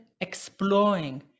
exploring